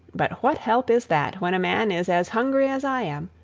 but what help is that when a man is as hungry as i am?